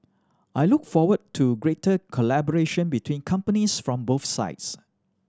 I look forward to greater collaboration between companies from both sides